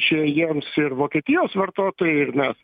čia jiems ir vokietijos vartotojai ir na